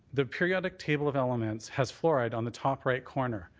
the periodic table of elements has fluoride on the top right corner.